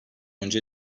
önce